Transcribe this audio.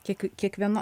kiek kiekvieno